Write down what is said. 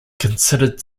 considered